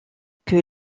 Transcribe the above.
que